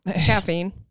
caffeine